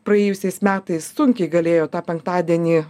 praėjusiais metais sunkiai galėjo tą penktadienį